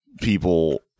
people